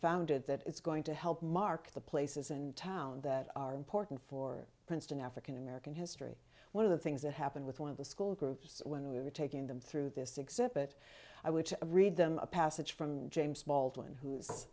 founded that it's going to help mark the places in town that are important for princeton african american history one of the things that happened with one of the school groups when we were taking them through this exhibit i which read them a passage from james baldwin who